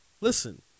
listen